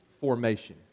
formation